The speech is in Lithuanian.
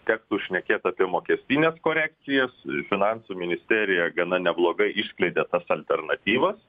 tektų šnekėt apie mokestines korekcijas finansų ministerija gana neblogai išskleidė tas alternatyvas